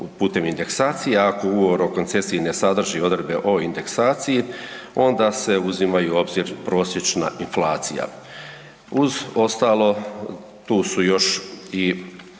putem indeksacija. Ako Ugovor o koncesiji ne sadrži odredbe o indeksaciji onda se uzima i u obzir prosječna inflacija. Uz ostalo tu su još i